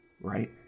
right